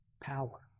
power